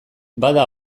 bada